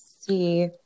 see